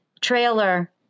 trailer